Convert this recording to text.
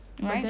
like